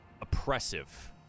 oppressive